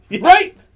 Right